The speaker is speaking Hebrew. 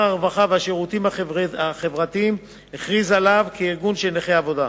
הרווחה והשירותים החברתיים הכריז עליו ארגון של נכי עבודה,